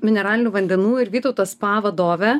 mineralinių vandenų ir vytautas spa vadovė